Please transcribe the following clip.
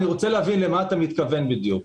אני רוצה להבין למה אתה מתכוון בדיוק?